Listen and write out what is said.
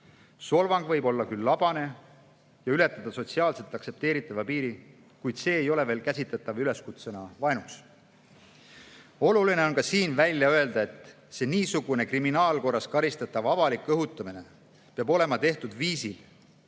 Solvang võib olla küll labane ja ületada sotsiaalselt aktsepteeritava piiri, kuid see ei ole veel käsitletav üleskutsena vaenuks. Oluline on siin välja öelda, et niisugune kriminaalkorras karistatav avalik õhutamine peab olema tehtud viisil,